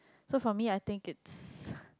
so for me I think it's